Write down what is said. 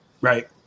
Right